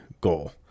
goal